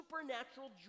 supernatural